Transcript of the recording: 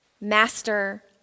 master